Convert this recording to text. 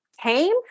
came